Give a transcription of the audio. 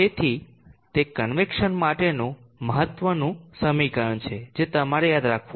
તેથી તે કન્વેક્સન માટેનું મહત્વનું સમીકરણ છે જે તમારે યાદ રાખવું